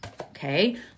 Okay